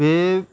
बे